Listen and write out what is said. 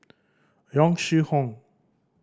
Yong Shu Hoong